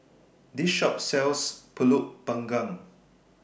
This Shop sells Pulut Panggang